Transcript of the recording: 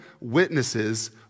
witnesses